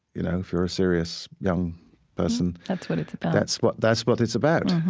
you know if you are a serious young person, that's what it's about, that's what that's what it's about